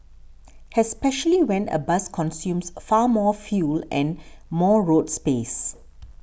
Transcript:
especially when a bus consumes far more fuel and more road space